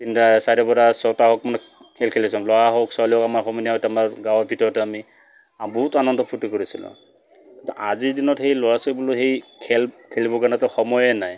তিনটা চাৰিটাৰ পৰা ছটা হওক মানে খেল খেলিছোঁ ল'ৰা হওক ছোৱালী হওক আমাৰ সমনীয়া সৈতে আমাৰ গাঁৱৰ ভিতৰতে আমি বহুত আনন্দ ফূৰ্তি কৰিছিলোঁ কিন্তু আজিৰ দিনত সেই ল'ৰা ছোৱালীবোৰো সেই খেল খেলিবৰ কাৰণেতো সময়ে নাই